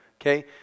okay